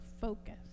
focus